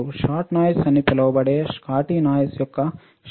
shot noise అని కూడా పిలువబడే షాట్కీ నాయిస్ యొక్క షాట్